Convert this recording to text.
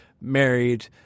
married